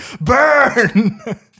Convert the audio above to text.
burn